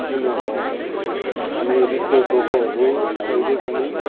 चिनो हो अनि रित्तो डोकोहरू कहिले पनि